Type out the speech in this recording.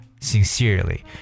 sincerely